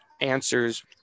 answers